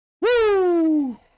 Woo